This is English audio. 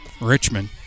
Richmond